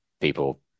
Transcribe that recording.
people